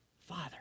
Father